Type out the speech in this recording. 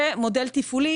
ומודל תפעולי,